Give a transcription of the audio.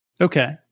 Okay